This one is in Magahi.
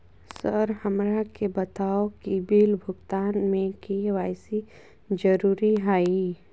सर हमरा के बताओ कि बिल भुगतान में के.वाई.सी जरूरी हाई?